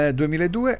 2002